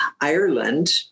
Ireland